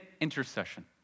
intercession